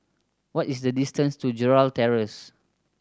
what is the distance to Gerald Terrace